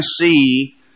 see